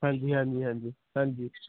ਹਾਂਜੀ ਹਾਂਜੀ ਹਾਂਜੀ ਹਾਂਜੀ